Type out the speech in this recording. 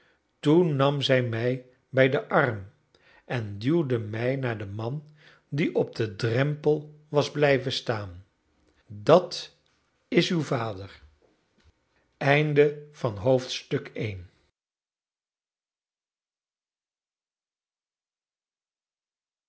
toen nam zij mij bij den arm en duwde mij naar den man die op den drempel was blijven staan dat is uw vader